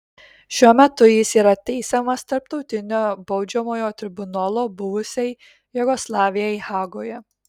šiuo metu jis yra teisiamas tarptautinio baudžiamojo tribunolo buvusiai jugoslavijai hagoje